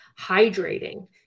Hydrating